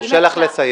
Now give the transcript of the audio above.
יורשה לך לסיים.